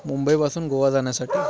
मुंबईपासून गोवा जाण्यासाठी